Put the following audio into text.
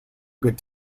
good